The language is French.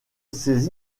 ces